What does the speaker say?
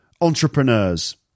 entrepreneurs